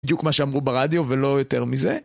בדיוק מה שאמרו ברדיו ולא יותר מזה